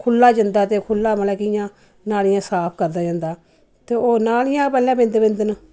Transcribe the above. खुल्ला जंदा ते खुल्ला मतलव कि इ'यां नालिआं साफ करदा जंदा ते ओह् नालिआं गै बिंद बिंद न